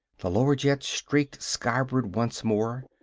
the lower jet streaked skyward once more.